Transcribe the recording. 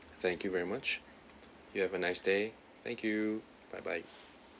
thank you very much you have a nice day thank you bye bye